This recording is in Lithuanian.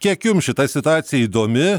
kiek jums šita situacija įdomi